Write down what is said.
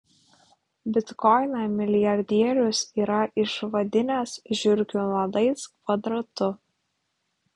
bitkoiną milijardierius yra išvadinęs žiurkių nuodais kvadratu